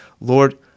Lord